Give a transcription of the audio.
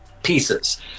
pieces